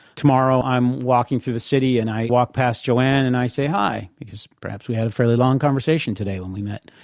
tomorrow i'm walking through the city and i walk past joanne and i say hi, because perhaps we had a fairly long conversation today when we met.